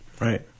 Right